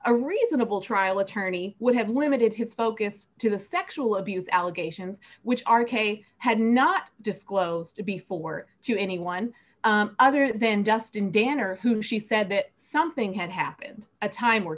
a reasonable trial attorney would have limited his focus to the sexual abuse allegations which r k had not disclosed to before to anyone other than dustin danner who she said that something had happened a time or